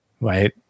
Right